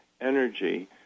energy